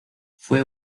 fue